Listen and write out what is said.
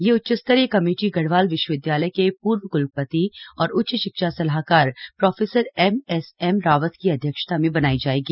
यह उच्चस्तरीय कमेटी गढ़वाल विश्वविदयालय के पूर्व क्लपति और उच्च शिक्षा सलाहकार prof M S M Rawat की अध्यक्षता में बनाई जाएगी